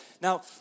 Now